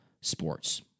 sports